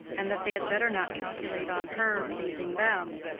and that they had better not calculate on her pleasing them.